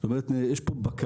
זאת אומרת יש פה בקרה,